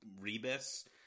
rebus